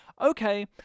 okay